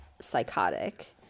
psychotic